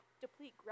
deplete